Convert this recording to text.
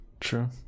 true